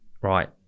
Right